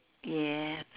yes